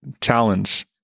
challenge